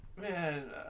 Man